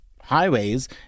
highways